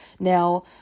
Now